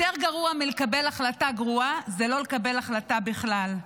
יותר גרוע מלקבל החלטה גרועה זה לא לקבל החלטה בכלל.